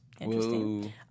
Interesting